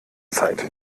zeit